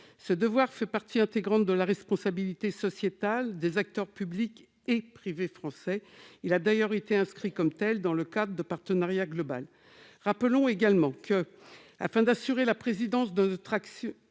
Ce devoir fait partie intégrante de la responsabilité sociétale des acteurs publics et privés français. Il a d'ailleurs été inscrit comme tel dans le CPG. Rappelons également que, afin d'assurer la cohérence de notre action